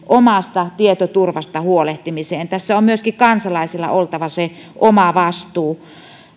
omasta tietoturvasta huolehtimiseen tässä on myöskin kansalaisilla oltava se oma vastuu